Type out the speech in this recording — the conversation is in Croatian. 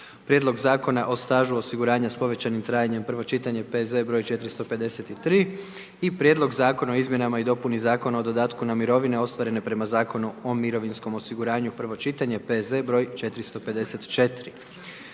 Prijedlog Zakona o stažu osiguranja s povećanim trajanjem, prvo čitanje, P.Z. br. 453 - Prijedlog zakona o izmjenama i dopuni Zakona o dodatku na mirovne ostvarene prema Zakonu o mirovinskom osiguranju, prvo čitanje, P.Z. br. 454